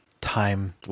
Time